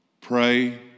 pray